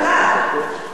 איך התחלתם?